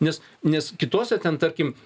nes nes kitose ten tarkim